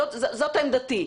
זאת עמדתי.